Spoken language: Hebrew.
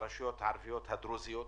יש שביתה ברשויות הערביות-הדרוזיות.